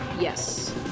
Yes